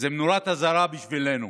זו נורת אזהרה בשבילנו,